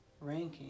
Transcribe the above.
ranking